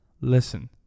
Listen